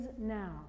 now